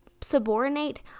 subordinate